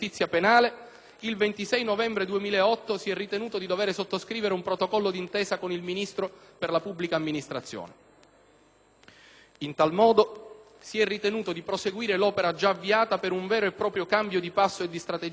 il 26 novembre 2008 si è ritenuto di dover sottoscrivere un protocollo di intesa con il Ministro per la pubblica amministrazione e l'innovazione. In tal modo si è ritenuto di proseguire l'opera già avviata per un vero e proprio cambio di passo e di strategia operativa